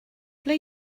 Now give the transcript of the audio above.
ble